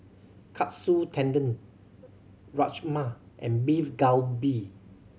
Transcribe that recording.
Katsu Tendon Rajma and Beef Galbi